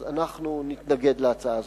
אז אנחנו נתנגד להצעה הזו.